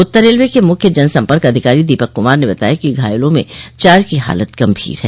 उत्तर railway के मुख्य जन सम्पर्क अधिकारी दीपक कुमार ने बताया कि घायलों में चार की हालत गंभीर है